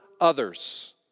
others